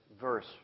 verse